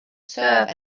serve